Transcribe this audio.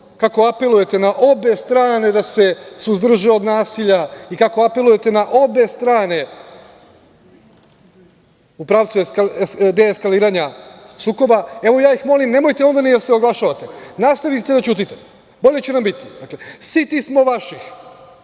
kako apelujete na obe strane da se suzdrže od nasilja i kako apelujete na obe strane u pravcu deeskaliranja sukoba, evo, ja ih molim nemojte onda ni da se oglašavate, nastavite da ćutite, bolje će nam biti. Dakle, siti smo vaših